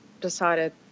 decided